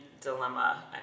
dilemma